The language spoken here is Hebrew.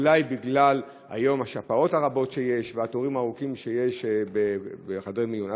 אולי בגלל מקרי השפעת הרבים שיש היום והתורים הארוכים בחדרי מיון.